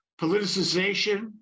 politicization